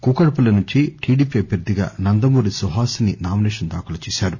కూకట్పల్లి నుంచి టిడిపి అభ్యర్ధిగా నందమూరి సుహాసిని నామినేషన్ దాఖలు చేశారు